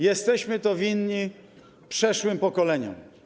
Jesteśmy to winni przeszłym pokoleniom.